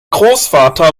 großvater